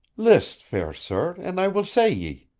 list, fair sir, and i will say ye